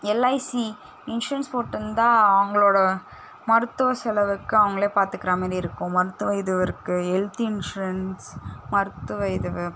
LIC insurance போட்டிருந்தா அவங்களோட மருத்துவ செலவுக்கு அவங்களே பார்த்துக்குற மாதிரி இருக்கும் மருத்துவ இதுவும் இருக்கும் ஹெல்த் இன்ஷுரன்ஸ் மருத்துவ இதுவும்